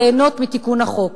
ליהנות מתיקון החוק.